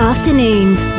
Afternoons